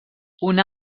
una